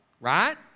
Right